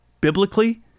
biblically